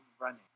running